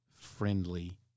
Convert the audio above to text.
friendly